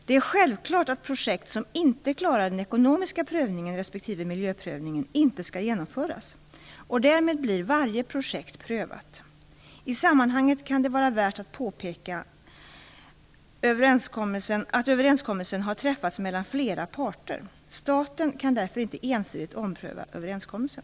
Det är självklart att projekt som inte klarar den ekonomiska prövningen respektive miljöprövningen inte skall genomföras, och därmed blir varje projekt prövat. I sammanhanget kan det vara värt att påpeka att överenskommelsen har träffats mellan flera parter. Staten kan därför inte ensidigt ompröva överenskommelsen.